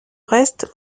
reste